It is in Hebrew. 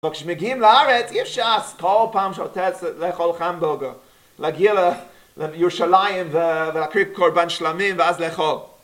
אבל כשמגיעים לארץ אי אפשר כל פעם שאתה רוצה לאכול חמבורגר להגיע לירושלים ולהקריב קורבן שלמים ואז לאכול